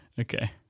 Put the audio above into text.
Okay